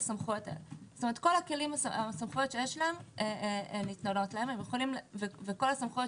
כל הסמכויות שיש לנו ניתנות להם וכל הסמכויות